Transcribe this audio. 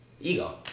ego